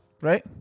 Right